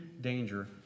danger